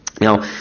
now